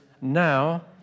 now